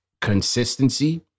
consistency